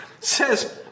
says